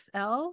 XL